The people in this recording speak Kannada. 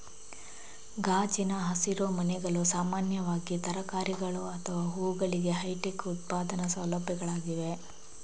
ಗಾಜಿನ ಹಸಿರುಮನೆಗಳು ಸಾಮಾನ್ಯವಾಗಿ ತರಕಾರಿಗಳು ಅಥವಾ ಹೂವುಗಳಿಗೆ ಹೈಟೆಕ್ ಉತ್ಪಾದನಾ ಸೌಲಭ್ಯಗಳಾಗಿವೆ